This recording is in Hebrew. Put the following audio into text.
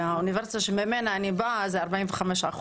באוניברסיטה שממנה אני באה זה 45%,